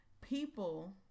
people